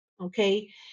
okay